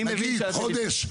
חודש?